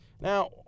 now